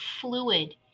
fluid